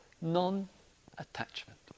non-attachment